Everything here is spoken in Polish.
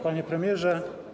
Panie Premierze!